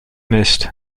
missed